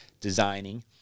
designing